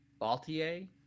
baltier